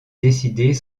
décider